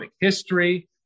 history